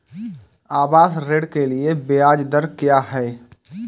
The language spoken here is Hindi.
आवास ऋण के लिए ब्याज दर क्या हैं?